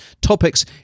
topics